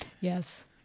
Yes